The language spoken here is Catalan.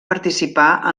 participar